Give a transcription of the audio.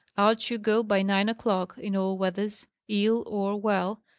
out you go by nine o'clock, in all weathers, ill or well,